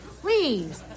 Please